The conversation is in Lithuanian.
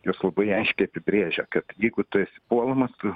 jos labai aiškiai apibrėžia kad jeigu tu esi puolamas tu